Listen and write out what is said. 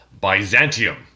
Byzantium